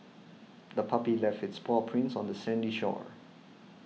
the puppy left its paw prints on the sandy shore